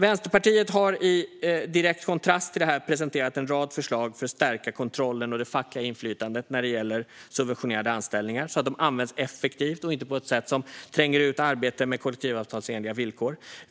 Vänsterpartiet har i direkt kontrast till detta presenterat en rad förslag för att stärka kontrollen och det fackliga inflytandet när det gäller subventionerade anställningar så att de används effektivt och inte på ett sätt som tränger ut arbete med kollektivavtalsenliga villkor.